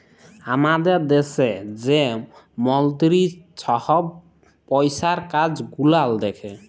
আমাদের দ্যাশে যে মলতিরি ছহব পইসার কাজ গুলাল দ্যাখে